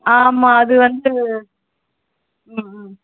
ஆமாம் அது வந்து ம் ம்